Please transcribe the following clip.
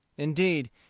indeed,